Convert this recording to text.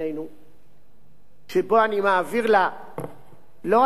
שבו אני מעביר לה לא רק את תזכיר הצעת החוק